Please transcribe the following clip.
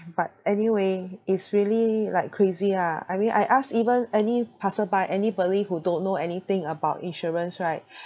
but anyway it's really like crazy ah I mean I ask even any passerby anybody who don't know anything about insurance right